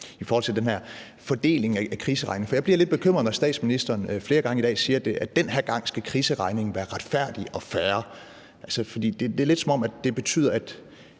om den her fordeling af kriseregningen, for jeg bliver lidt bekymret, når statsministeren flere gange i dag siger, at den her gang skal kriseregningen være retfærdig og fair. Det er lidt, som om det betyder,